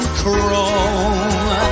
chrome